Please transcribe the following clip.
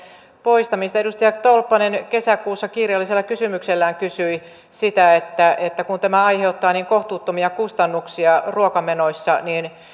poistamista edustaja tolppanen kesäkuussa kirjallisella kysymyksellään kysyi tästä ja totesi että kun tämä aiheuttaa niin kohtuuttomia kustannuksia ruokamenoissa